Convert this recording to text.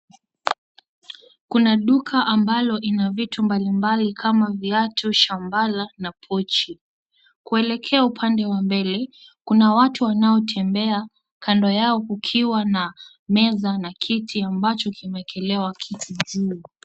Kuna duka ambalo ina vitu mbalimbali kama viatu, shambala na pochi. Kuelekea upande wa mbele, kuna watu wanaotembea, kando yao kukiwa na meza na kiti ambacho kimewekelewa kitu juu.